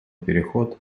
переход